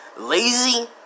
lazy